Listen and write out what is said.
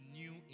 new